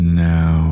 now